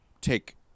take